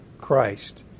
Christ